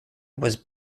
was